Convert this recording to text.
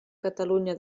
catalunya